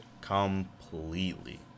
completely